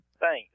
Thanks